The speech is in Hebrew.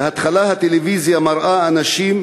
בהתחלה הטלוויזיה מראה אנשים